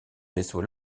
vaisseau